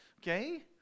okay